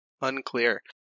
unclear